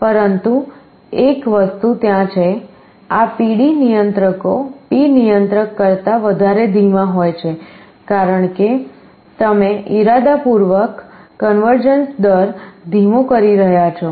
પરંતુ એક વસ્તુ ત્યાં છે આ PD નિયંત્રકો P નિયંત્રક કરતા વધારે ધીમા હોય છે કારણ કે તમે ઈરાદાપૂર્વક કન્વર્જન્સ દર ધીમો કરી રહ્યા છો